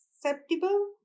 susceptible